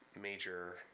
major